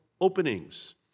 openings